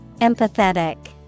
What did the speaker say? Empathetic